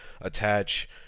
attach